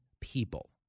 people